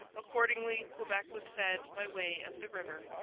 accordingly, quebec was fed by way of the river.